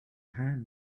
hand